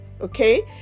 okay